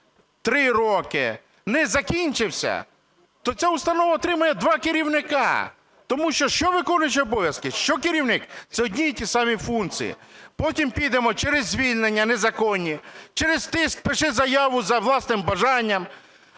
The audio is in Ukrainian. три роки), не закінчився, то ця установа отримає два керівника. Тому що, що виконуючий обов'язки, що керівник – це одні і ті самі функції. Потім підемо через звільнення незаконні, через тиск "пиши заяву за власним бажанням".